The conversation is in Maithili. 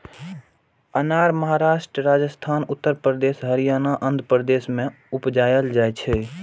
अनार महाराष्ट्र, राजस्थान, उत्तर प्रदेश, हरियाणा, आंध्र प्रदेश मे उपजाएल जाइ छै